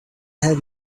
have